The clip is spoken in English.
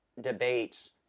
debates